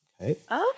Okay